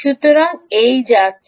সুতরাং এই যাচ্ছে